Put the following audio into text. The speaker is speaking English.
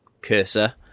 cursor